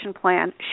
plan